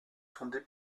fondées